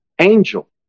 angel